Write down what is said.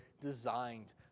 designed